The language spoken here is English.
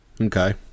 Okay